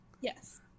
yes